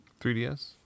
3DS